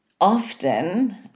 often